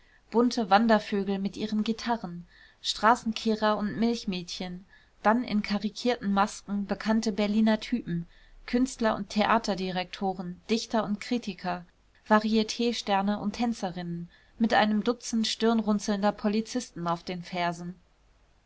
bunte wandervögel mit ihren gitarren straßenkehrer und milchmädchen dann in karikierten masken bekannte berliner typen künstler und theaterdirektoren dichter und kritiker varietsterne und tänzerinnen mit einem dutzend stirnrunzelnder polizisten auf den fersen